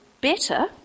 better